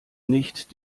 nicht